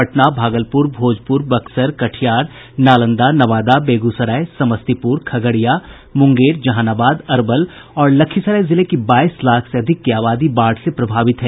पटना भागलपुर भोजपुर बक्सर कटिहार नालंदा नवादा बेगूसराय समस्तीपुर खगड़िया मुंगेर जहानाबाद अरवल और लखीसराय जिले की बाईस लाख से अधिक की आबादी बाढ़ से प्रभावित है